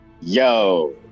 Yo